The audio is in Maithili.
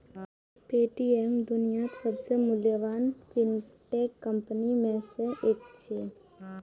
पे.टी.एम दुनियाक सबसं मूल्यवान फिनटेक कंपनी मे सं एक छियै